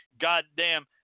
goddamn